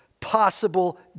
possible